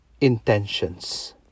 intentions